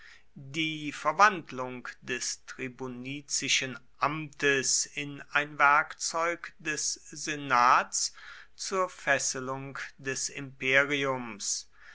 die verwandlung des tribunizischen amtes in ein werkzeug des senats zur fesselung des imperiums